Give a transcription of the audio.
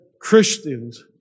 Christians